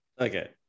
okay